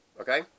okay